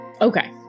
okay